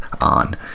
on